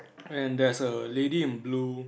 and there's a lady in blue